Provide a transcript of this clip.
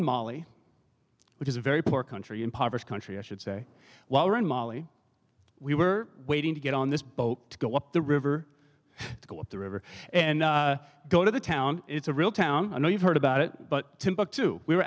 in mali which is a very poor country impoverished country i should say while we're in mali we were waiting to get on this boat to go up the river to go up the river and go to the town it's a real town and we've heard about it but timbuktu we're